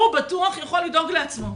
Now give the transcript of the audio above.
הוא בטוח יכול לדאוג לעצמו.